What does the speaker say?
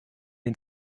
den